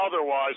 Otherwise